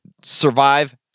survive